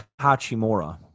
Hachimura